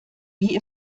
wie